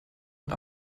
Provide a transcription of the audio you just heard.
und